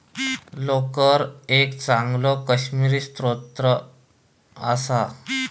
लोकर एक चांगलो काश्मिरी स्त्रोत असा